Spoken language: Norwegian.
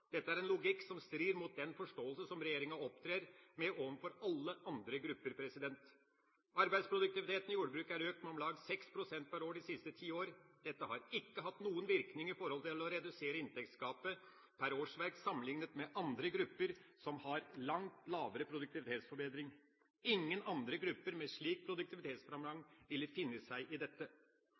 Dette er en logikk som strider mot den forståelse som regjeringa opptrer med overfor alle andre grupper. Arbeidsproduktiviteten i jordbruket har økt med om lag 6 pst. per år de siste ti årene. Dette har ikke hatt noen virkning når det gjelder å redusere inntektsgapet per årsverk, sammenliknet med andre grupper som har langt lavere produktivitetsforbedring. Ingen andre grupper med slik produktivitetsframgang ville finne seg i dette.